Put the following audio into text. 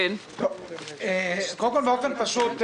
קודם כול, באופן פשוט,